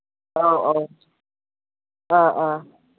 ꯑꯧ ꯑꯧ ꯑꯥ ꯑꯥ